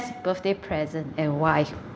birthday present and why